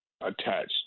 attached